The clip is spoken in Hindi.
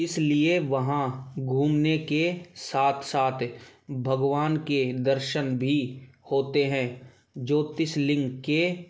इसलिए वहाँ घूमने के साथ साथ भगवान के दर्शन भी होते हैं ज्योतिष लिंग के